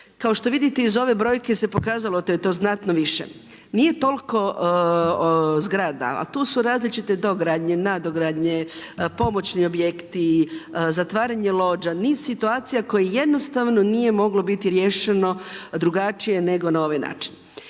Kao što vidite iz ove brojke se pokazalo da je to znatno više. Nije toliko zgrada ali tu su različite dogradnje, nadogradnje, pomoćni objekti, zatvaranje lođa, niz situacija koje jednostavno nije moglo biti riješeno drugačije nego na ovaj način.